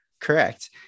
Correct